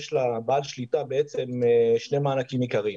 יש לבעל שליטה שני מענקים עיקריים.